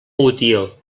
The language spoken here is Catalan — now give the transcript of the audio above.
utiel